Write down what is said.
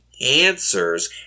answers